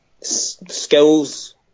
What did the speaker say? skills